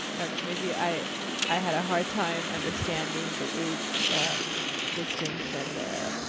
i don't know, maybe i i had a hard time understanding the age distinction there.